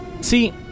See